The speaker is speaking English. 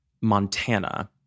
Montana